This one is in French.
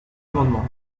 amendement